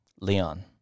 Leon